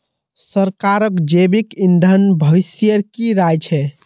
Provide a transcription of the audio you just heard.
सरकारक जैविक ईंधन भविष्येर की राय छ